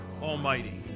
Almighty